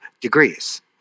degrees